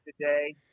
today